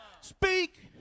speak